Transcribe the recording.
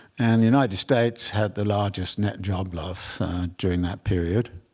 and the united states had the largest net job loss during that period.